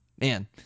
man